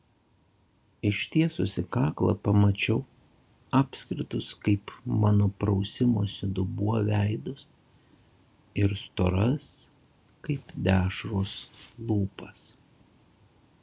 ištiesusi kaklą pamačiau apskritus kaip mano prausimosi dubuo veidus ir storas kaip dešros lūpas